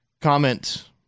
comment